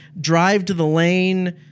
drive-to-the-lane